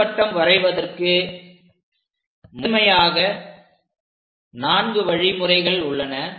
நீள்வட்டம் வரைவதற்கு முதன்மையாக நான்கு வழி முறைகள் உள்ளன